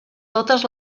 totes